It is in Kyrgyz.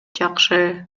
жакшы